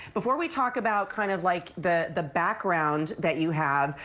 before we talk about kind of like the the background that you have,